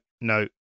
no